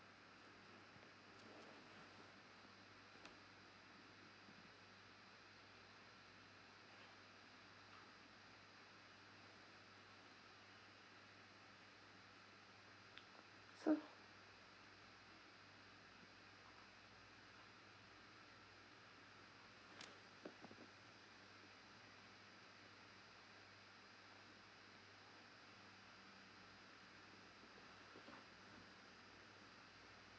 so